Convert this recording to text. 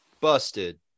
Busted